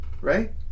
right